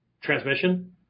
transmission